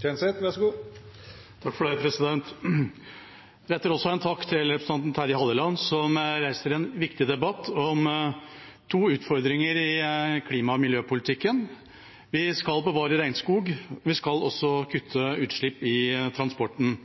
til representanten Halleland, som reiser en viktig debatt om to utfordringer i klima- og miljøpolitikken: Vi skal bevare regnskog, og vi skal kutte utslipp i transporten.